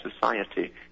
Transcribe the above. society